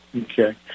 Okay